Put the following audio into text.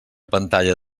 pantalla